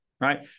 right